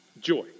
Joy